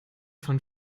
von